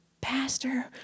pastor